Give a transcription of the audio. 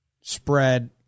spread